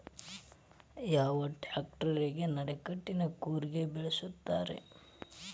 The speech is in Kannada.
ಯಾವ ಟ್ರ್ಯಾಕ್ಟರಗೆ ನಡಕಟ್ಟಿನ ಕೂರಿಗೆ ಬಳಸುತ್ತಾರೆ?